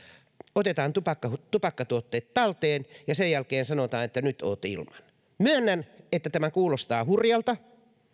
otetaan tupakkatuotteet talteen ja sen jälkeen sanotaan että nyt olet ilman myönnän että tämä kuulostaa hurjalta